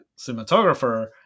cinematographer